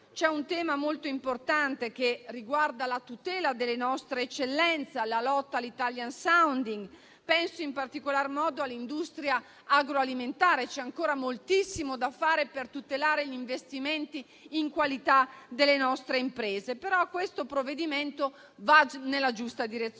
C'è un tema molto importante che riguarda la tutela delle nostre eccellenze e la lotta all'*italian sounding*; penso in particolar modo all'industria agroalimentare. C'è ancora moltissimo da fare per tutelare gli investimenti in qualità delle nostre imprese, però questo provvedimento va nella giusta direzione.